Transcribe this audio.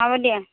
হ'ব দিয়া